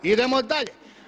Idemo dalje.